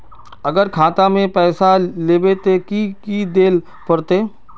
अगर खाता में पैसा लेबे ते की की देल पड़ते?